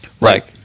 Right